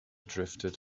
drifted